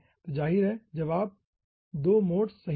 तो जाहिर है जवाब 2 मोड्स सही है